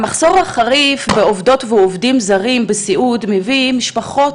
המחסור החריף בעובדות ועובדים זרים בסיעוד מביא משפחות